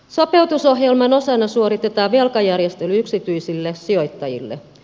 sopeutusohjelman osana suoritetaan velkajärjestely yksityisille sijoittajille